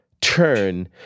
turn